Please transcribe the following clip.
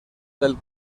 del